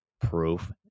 proof